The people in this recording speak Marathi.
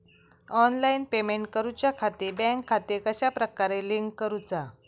ऑनलाइन पेमेंट करुच्याखाती बँक खाते कश्या प्रकारे लिंक करुचा?